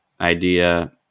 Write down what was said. idea